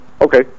Okay